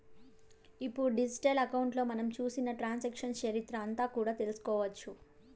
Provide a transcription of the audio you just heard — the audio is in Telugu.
ఇప్పుడు డిజిటల్ అకౌంట్లో మనం చేసిన ట్రాన్సాక్షన్స్ చరిత్ర అంతా కూడా తెలుసుకోవచ్చు